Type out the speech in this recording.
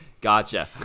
gotcha